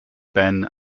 ben